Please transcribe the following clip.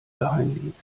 geheimdienst